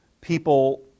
people